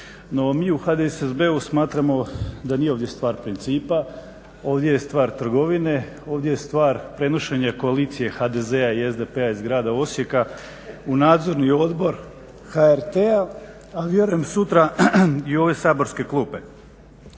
mi u HDSSB-u smatramo da nije ovdje stvar principa, ovdje je stvar trgovine, ovdje je stvar prenošenja koalicije HDZ-a i SDP-a iz grada Osijeka u Nadzorni odbor HRT-a, a vjerujem sutra i u ove saborske klupe.